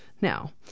Now